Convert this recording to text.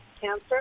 cancer